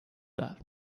that